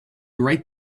right